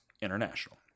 International